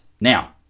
now